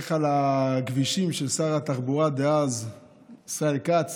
איך על הכבישים של שר התחבורה דאז ישראל כץ